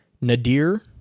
Nadir